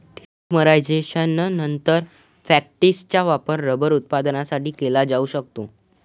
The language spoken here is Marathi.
पॉलिमरायझेशननंतर, फॅक्टिसचा वापर रबर उत्पादनासाठी केला जाऊ शकतो